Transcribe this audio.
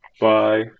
Bye